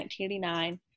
1989